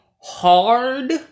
hard